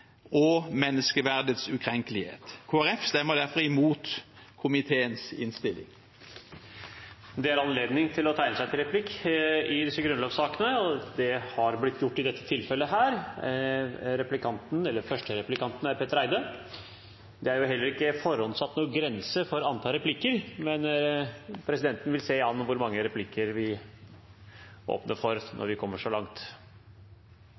og menneskeverdets ukrenkelighet. Kristelig Folkeparti stemmer derfor imot komiteens innstilling. Det åpnes for replikkordskifte. Det er anledning til å tegne seg til replikk i grunnlovssaker, og det har blitt gjort i dette tilfellet. Det er ikke forhåndssatt noen grense for antall replikker, men presidenten vil se an hvor mange replikker vi åpner for, når vi kommer så langt.